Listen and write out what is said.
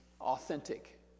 authentic